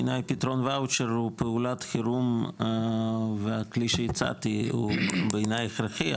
בעיניי פתרון ואוצ'ר הוא פעולת חירום והכלי שהצעתי הוא בעיניי הכרחי,